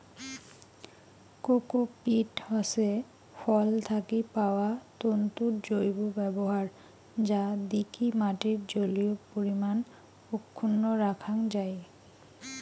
cocopeat হসে ফল থাকি পাওয়া তন্তুর জৈব ব্যবহার যা দিকি মাটির জলীয় পরিমান অক্ষুন্ন রাখাং যাই